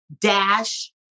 dash